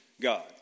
God